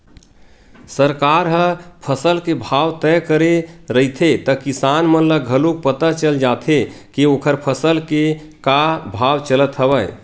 सरकार ह फसल के भाव तय करे रहिथे त किसान मन ल घलोक पता चल जाथे के ओखर फसल के का भाव चलत हवय